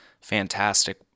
fantastic